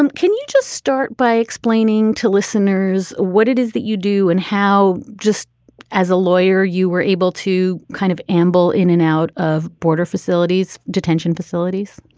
um can you just start by explaining to listeners what it is that you do and how just as a lawyer, you were able to kind of amble in and out of border facilities, detention facilities?